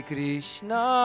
Krishna